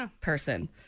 person